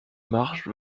marsh